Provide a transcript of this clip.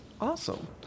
Awesome